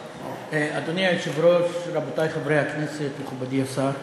אדוני היושב-ראש, רבותי חברי הכנסת, מכובדי השר,